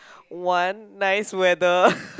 one nice weather